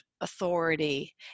authority